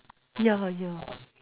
ya ya